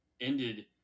ended